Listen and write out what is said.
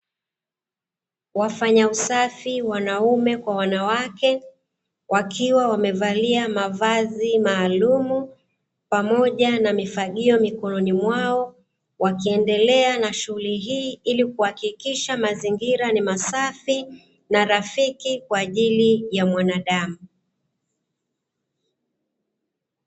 Wafanya usafi wanaume kwa wanawake wakiwa wamevalia mavazi maalumu pamoja na mifagio mikononi mwao, wakiendelea na shughuli hii ili kuhakikisha mazingira ni masafi na rafiki kwa ajili ya mwanadamu.